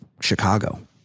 Chicago